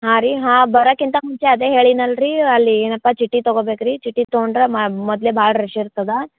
ಹಾಂ ರೀ ಹಾಂ ಬರಕ್ಕಿಂತ ಮುಂಚೆ ಅದೇ ಹೇಳಿನಿ ಅಲ್ರಿ ಅಲ್ಲಿ ಏನಪ್ಪ ಚೀಟಿ ತಗೋಬೇಕು ರೀ ಚೀಟಿ ತಗೊಂಡರೆ ಮೊದಲೇ ಭಾಳ ರಶ್ ಇರ್ತದ